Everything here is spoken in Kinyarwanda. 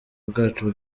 bwacu